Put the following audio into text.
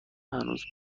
هنوز